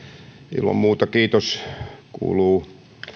ilman muuta kiitos kuuluu